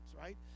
right